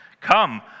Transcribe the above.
Come